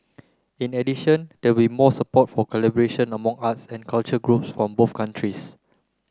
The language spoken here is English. in addition there will be more support for collaboration among arts and culture groups from both countries